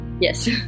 yes